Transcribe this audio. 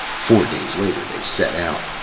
four days later they set out.